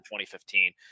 2015